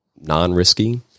non-risky